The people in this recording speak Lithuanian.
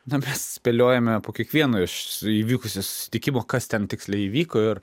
na mes spėliojame po kiekvieno iš įvykusio susitikimo kas ten tiksliai įvyko ir